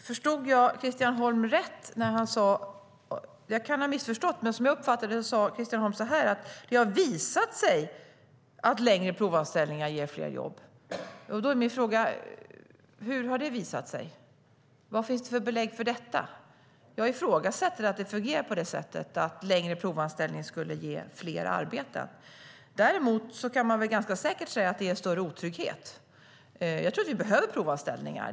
Herr talman! Jag kan ha missförstått det, men som jag uppfattade det sa Christian Holm att det har visat sig att längre provanställningar ger fler jobb. Då är min fråga: Hur har det visat sig? Vad finns det för belägg för detta? Jag ifrågasätter att det fungerar på det sättet, att längre provanställningar skulle ge fler i arbete. Däremot kan man ganska säkert säga att det innebär större otrygghet. Jag tror att vi behöver provanställningar.